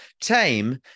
Tame